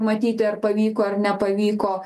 matyti ar pavyko ar nepavyko